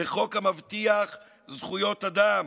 לחוק המבטיח זכויות אדם,